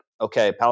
okay